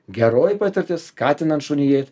geroji patirtis skatinant šunį įeit